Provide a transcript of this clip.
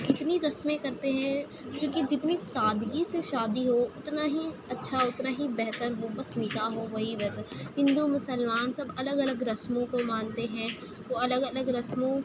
اتنی رسمیں کرتے ہیں چوں کہ جتنی سادگی سے شادی ہو اتنا ہی اچّھا اتنا ہی بہتر ہو بس نکاح ہو وہی بہتر ہندو مسلمان سب الگ الگ رسموں کو مانتے ہیں وہ الگ الگ رسموں